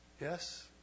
Yes